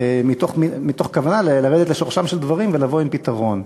מתוך כוונה לרדת לשורשם של דברים ולבוא עם פתרון.